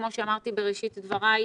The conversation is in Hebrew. כמו שאמרתי בראשית דבריי,